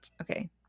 okay